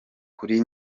kuri